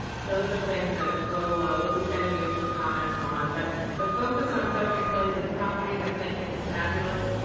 those are things that we'll ah we'll be sending you some comments on. but the focus on federal facilities and properties i think is fabulous,